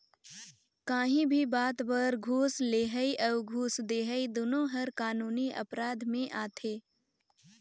काहीं भी बात बर घूस लेहई अउ घूस देहई दुनो हर कानूनी अपराध में आथे